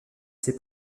ses